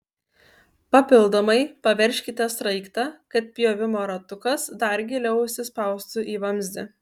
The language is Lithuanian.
papildomai paveržkite sraigtą kad pjovimo ratukas dar giliau įsispaustų į vamzdį